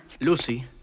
Lucy